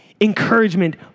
Encouragement